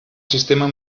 sistema